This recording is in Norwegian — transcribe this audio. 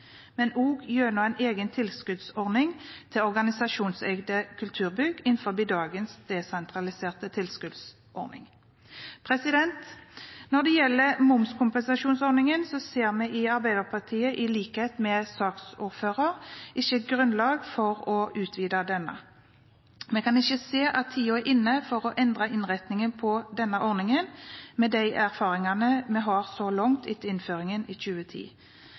men også gjennom en egen tilskuddsordning for organisasjonseide kulturbygg innenfor dagens desentraliserte tilskuddsordning. Når det gjelder momskompensasjonsordningen, ser vi i Arbeiderpartiet, i likhet med saksordføreren, ikke grunnlag for å utvide denne. Vi kan ikke se at tiden er inne for å endre innretningen på denne ordningen, med de erfaringene vi har så langt etter innføringen i 2010.